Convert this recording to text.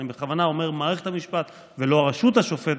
אני בכוונה אומר מערכת המשפט ולא הרשות השופטת,